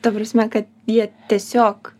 ta prasme kad jie tiesiog